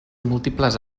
múltiples